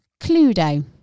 Cluedo